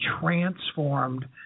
transformed